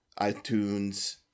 iTunes